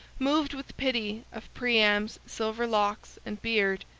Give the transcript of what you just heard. moved with pity of priam's silver locks and beard,